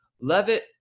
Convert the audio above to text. Levitt